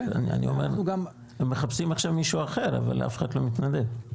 הם מחפשים עכשיו מישהו אחר אבל אף אחד לא מתנדב.